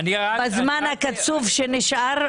בזמן הקצוב שנשאר,